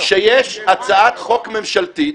-- שיש הצעת חוק ממשלתית,